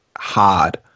hard